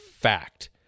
fact